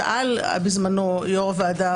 שאל בזמנו יו"ר הוועדה,